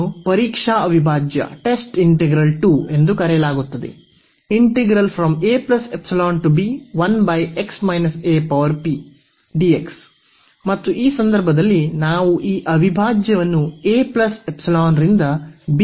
ಇದನ್ನು ಮಾದರಿ ಅವಿಭಾಜ್ಯಟೆಸ್ಟ್ ಇಂಟಿಗ್ರಲ್ II ಎಂದು ಕರೆಯಲಾಗುತ್ತದೆ ಮತ್ತು ಈ ಸಂದರ್ಭದಲ್ಲಿ ನಾವು ಈ ಅವಿಭಾಜ್ಯವನ್ನು ರಿಂದ ಬಿ ಎಂದು ಪರಿಗಣಿಸುತ್ತೇವೆ